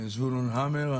זבולון המר,